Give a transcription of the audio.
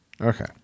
Okay